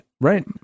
Right